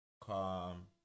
calm